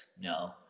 No